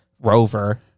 Rover